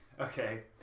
Okay